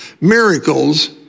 miracles